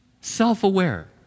Self-aware